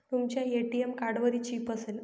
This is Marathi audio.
तुमच्या ए.टी.एम कार्डवरही चिप असेल